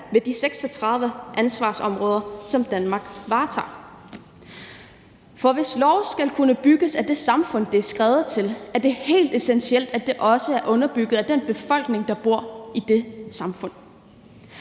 med de 36 ansvarsområder, som Danmark varetager. For hvis lov skal kunne bygge det samfund, den er skrevet til, er det helt essentielt, at den også er underbygget af den befolkning, der bor i det samfund.